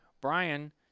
Brian